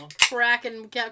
Cracking